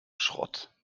schrott